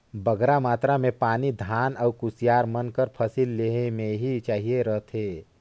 बगरा मातरा में पानी धान अउ कुसियार मन कर फसिल लेहे में ही चाहिए रहथे